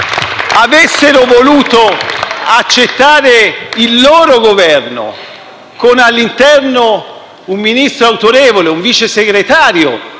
avessero accettato un loro Governo con all'interno un Ministro autorevole, un Vice Segretario